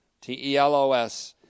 T-E-L-O-S